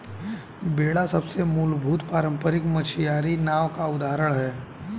बेड़ा सबसे मूलभूत पारम्परिक मछियारी नाव का उदाहरण है